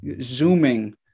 Zooming